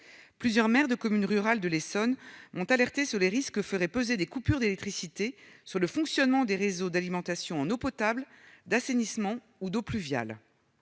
Plusieurs maires de communes rurales de l'Essonne m'ont alertée sur les risques que feraient peser des coupures d'électricité sur le fonctionnement des réseaux d'alimentation en eau potable, d'assainissement ou d'eaux pluviales.